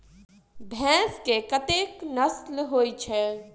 भैंस केँ कतेक नस्ल होइ छै?